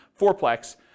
fourplex